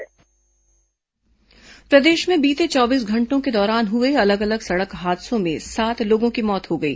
दुर्घटना प्रदेश में बीते चौबीस घंटों के दौरान हुए अलग अलग सड़क हादसों में सात लोगों की मौत हो गई